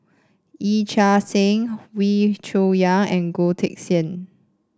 Yee Chia Hsing Wee Cho Yaw and Goh Teck Sian